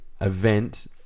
event